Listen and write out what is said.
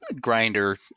Grinder